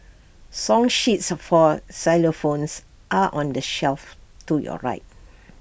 song sheets for xylophones are on the shelf to your right